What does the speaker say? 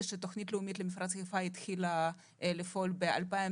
שהתוכנית הלאומית למפרץ חיפה התחילה לפעול ב-2015,